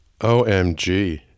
OMG